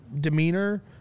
demeanor